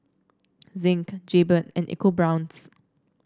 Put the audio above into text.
Zinc Jaybird and EcoBrown's